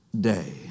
day